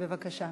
בבקשה.